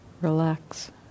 relax